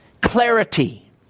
clarity